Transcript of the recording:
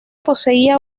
poseía